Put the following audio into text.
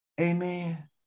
Amen